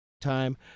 time